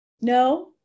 no